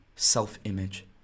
self-image